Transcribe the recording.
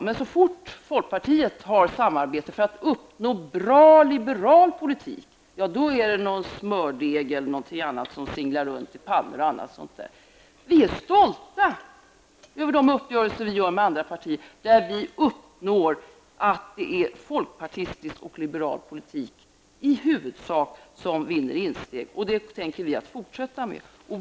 Men så fort folkpartiet samarbetar för att uppnå en bra liberal politik, ja då är det en smörklick eller någonting annat som singlar runt i pannor och liknande. Vi är stolta över de uppgörelser vi träffar med andra partier där vi uppnår att det i huvudsak är folkpartistisk och liberal politik som vinner insteg. Det tänker vi fortsätta med.